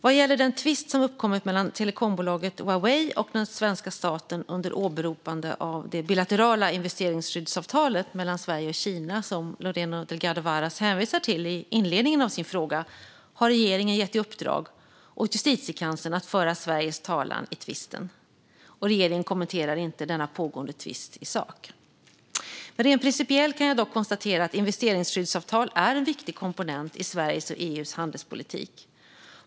Vad gäller den tvist som uppkommit mellan telekombolaget Huawei och svenska staten, under åberopande av det bilaterala investeringsskyddsavtalet mellan Sverige och Kina som Lorena Delgado Varas hänvisar till i inledningen av sin fråga, har regeringen gett i uppdrag åt Justitiekanslern att föra Sveriges talan i tvisten. Regeringen kommenterar inte denna pågående tvist i sak. Rent principiellt kan jag dock konstatera att investeringsskyddsavtal är en viktig komponent i Sveriges och EU:s handelspolitik.